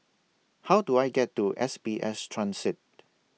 How Do I get to S B S Transit